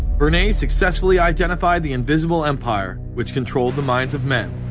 bernays successfully identified the invisible empire, which controlled the minds of men.